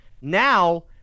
now